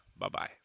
Bye-bye